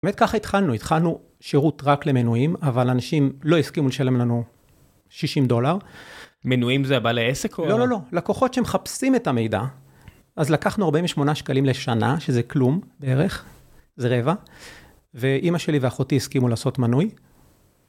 באמת ככה התחלנו, התחלנו שירות רק למנויים, אבל אנשים לא הסכימו לשלם לנו 60 דולר. מנויים זה הבעלי עסק או...? לא, לא, לא. לקוחות שמחפשים את המידע. אז לקחנו 48 שקלים לשנה, שזה כלום בערך, זה רבע, ואימא שלי ואחותי הסכימו לעשות מנוי...